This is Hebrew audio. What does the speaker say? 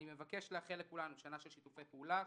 מבקש לאחל לכולנו שנה של שיתופי פעולה,